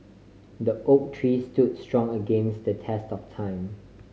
the oak tree stood strong against the test of time